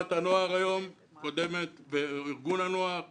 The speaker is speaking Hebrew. תנועת הנוער וארגון הנוער קודמים,